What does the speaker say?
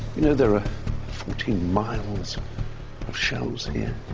you know, there are fourteen miles of shelves here.